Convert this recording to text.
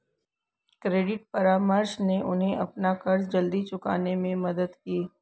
credit परामर्श ने उन्हें अपना कर्ज जल्दी चुकाने में मदद की